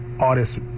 artists